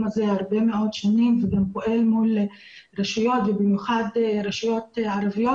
הזה המון שנים וגם פועל מול רשויות ובמיוחד רשויות ערביות.